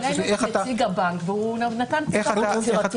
דיבר נציג הבנק והוא נתן פתרון יצירתי.